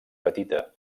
petita